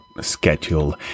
schedule